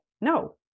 no